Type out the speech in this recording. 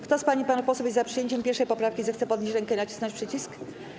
Kto z pań i panów posłów jest za przyjęciem 1. poprawki, zechce podnieść rękę i nacisnąć przycisk.